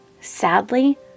sadly